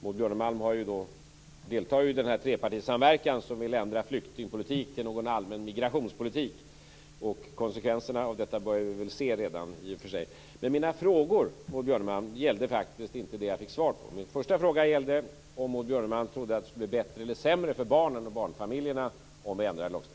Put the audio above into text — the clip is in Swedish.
Maud Björnemalm deltar ju i den trepartisamverkan som vill ändra flyktingpolitik till någon allmän migrationspolitik, och vi börjar väl redan se konsekvenserna av detta. Men mina frågor gällde faktiskt inte det jag fick svar på, Maud Björnemalm. Min första fråga gällde om Maud Björnemalm trodde att det skulle bli bättre eller sämre för barnen och barnfamiljerna om vi ändrar i lagstiftningen.